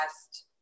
last